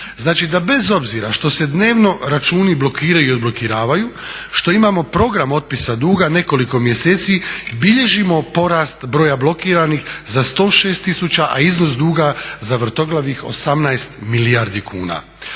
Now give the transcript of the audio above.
Znači da bez obzira što se dnevno računi blokiraju i odblokiravaju, što imamo program otpisa duga nekoliko mjeseci bilježimo porast broja blokiranih za 106 tisuća, a iznos duga za vrtoglavih 18 milijardi kuna.